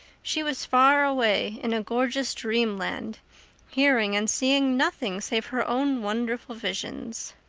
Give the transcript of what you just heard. she was far away in a gorgeous dreamland hearing and seeing nothing save her own wonderful visions.